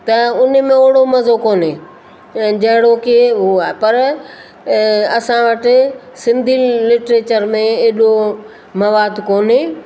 त उन में ओहिड़ो मज़ो कोन्हे जहिड़ो की उहा आहे पर असां वटि सिंधी लिटरेचर में एॾो मवादु कोन्हे